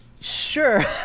sure